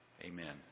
amen